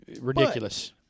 ridiculous